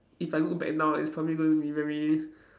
if I go back now it's probably going to be very